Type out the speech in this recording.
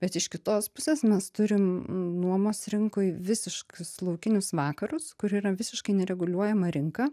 bet iš kitos pusės mes turim nuomos rinkoj visiškus laukinius vakarus kur yra visiškai nereguliuojama rinka